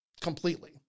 completely